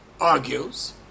argues